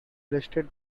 listed